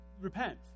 repent